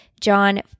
John